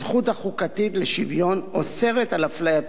הזכות החוקתית לשוויון אוסרת הפליית